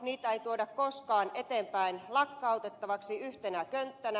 niitä ei tuoda koskaan eteenpäin lakkautettavaksi yhtenä könttänä